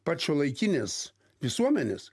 pat šiuolaikinės visuomenės